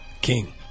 King